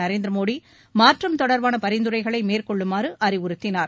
நரேந்திர மோடி மாற்றம் தொடர்பாள பரிந்துரைகளை மேற்கொள்ளுமாறு அறிவுறுத்தினார்